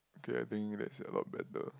okay I think that's a lot better